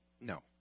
No